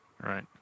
Right